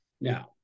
Now